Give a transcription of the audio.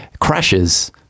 crashes